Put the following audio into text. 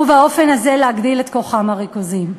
ובאופן הזה להגדיל את כוחם הריכוזי.